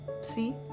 See